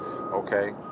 okay